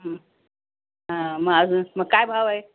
हा मग अजून मग काय भाव आहे